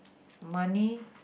money